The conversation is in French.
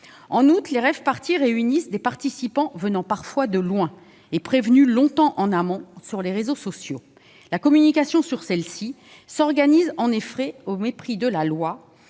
En outre, les rave-parties rassemblent des participants venus parfois de loin et prévenus longtemps en avance sur les réseaux sociaux. La communication s'organise en effet au mépris de la loi,